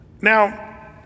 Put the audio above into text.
Now